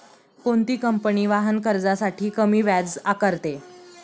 कोणती कंपनी वाहन कर्जासाठी कमी व्याज आकारते?